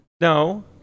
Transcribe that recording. No